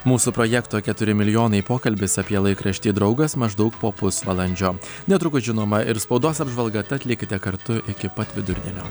mūsų projekto keturi milijonai pokalbis apie laikraštį draugas maždaug po pusvalandžio netrukus žinoma ir spaudos apžvalga tad likite kartu iki pat vidurdienio